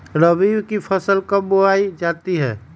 रबी की फसल कब बोई जाती है?